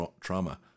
trauma